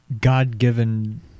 God-given